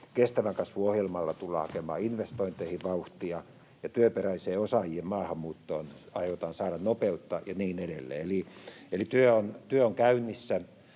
kestävän kasvun ohjelmalla tullaan hakemaan investointeihin vauhtia, ja työperäiseen osaajien maahanmuuttoon aiotaan saada nopeutta ja niin edelleen, eli työ on käynnissä.